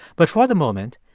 but for the moment,